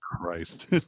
Christ